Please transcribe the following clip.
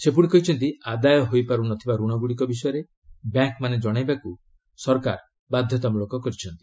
ସେ ପୁଣି କହିଛନ୍ତି ଆଦାୟ ହୋଇପାରୁ ନ ଥିବା ରଣ ଗୁଡ଼ିକ ବିଷୟରେ ବ୍ୟାଙ୍କ୍ମାନେ କଣାଇବାକୁ ସରକାର ବାଧ୍ୟତାମୂଳକ କରିଛନ୍ତି